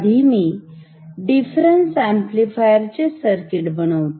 आधी मी difference amplifier चे सर्किट बनवते